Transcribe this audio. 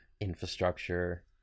infrastructure